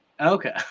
Okay